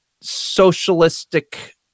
socialistic